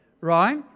right